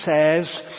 says